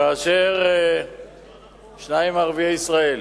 כאשר שניים מערביי ישראל,